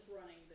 running